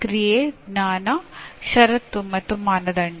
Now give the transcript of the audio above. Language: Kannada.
ಕ್ರಿಯೆ ಜ್ಞಾನ ಷರತ್ತು ಮತ್ತು ಮಾನದಂಡ